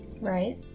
Right